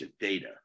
data